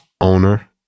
owner